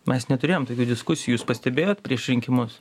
mes neturėjom tokių diskusijų jūs pastebėjot prieš rinkimus